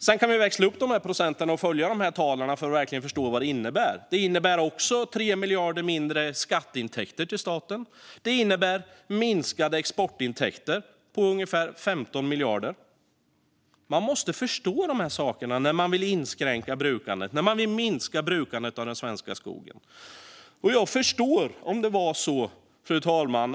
Sedan kan vi växla upp procenten och följa talen för att verkligen förstå vad det innebär. Det innebär 3 miljarder mindre i skatteintäkter till staten. Det innebär minskade exportintäkter på ungefär 15 miljarder. Man måste förstå dessa saker när man vill inskränka eller minska brukandet av den svenska skogen. Fru talman!